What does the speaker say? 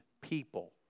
people